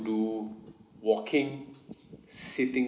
do walking sitting